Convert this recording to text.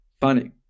funny